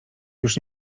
już